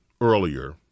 earlier